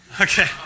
Okay